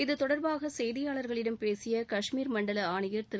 இது தொடர்பாக செய்தியாளர்களிடம் பேசிய கஷ்மீர் மண்டல ஆணையர் திரு